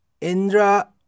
Indra